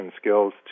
skills